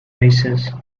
races